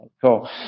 Cool